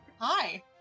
Hi